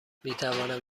میتوانم